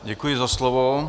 Děkuji za slovo.